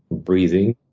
breathing,